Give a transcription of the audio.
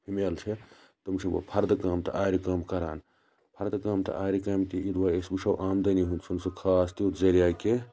female چھ تِم چھِ فَردٕ کٲم تہٕ آرِ کٲم کَران فَردٕ کٲم تہٕ آرِ کامہِ تہِ یُدوَے أسۍ وٕچھو آمدٔنی ہُنٛد چھُ نہٕ سُہ خاص تیُتھ ذٔریعہٕ کینٛہہ